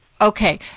Okay